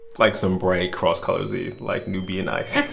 like some bright cross-colorsy like nubian ice